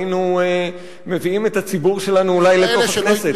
היינו מביאים את הציבור שלנו אולי לתוך הכנסת.